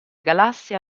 galassie